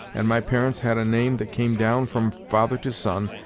and my parents had a name that came down from father to son,